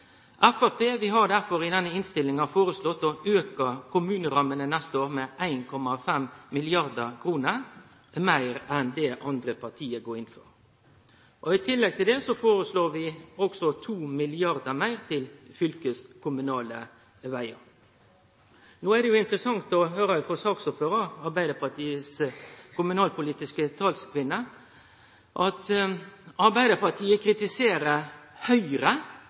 har derfor i denne innstillinga foreslått å auke kommunerammene neste år med 1,5 mrd. kr meir enn det dei andre partia går inn for. I tillegg foreslår vi òg 2 mrd. kr meir til fylkeskommunale vegar. Det er interessant å høyre saksordføraren, Arbeidarpartiet si kommunalpolitiske talskvinne, kritisere Høgre for ikkje å gi meir pengar til kommunane. Samtidig får Framstegspartiet kritikk for at